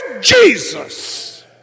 Jesus